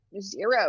zero